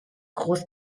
groß